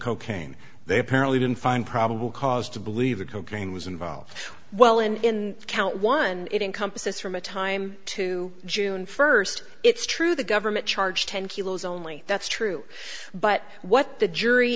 cocaine they apparently didn't find probable cause to believe that cocaine was involved well in count one it encompasses from a time to june first it's true the government charge ten kilos only that's true but what the jury